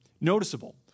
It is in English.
noticeable